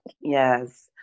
Yes